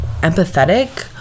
empathetic